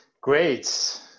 Great